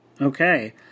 Okay